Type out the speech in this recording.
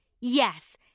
Yes